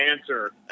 answer